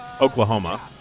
Oklahoma